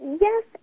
Yes